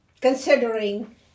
considering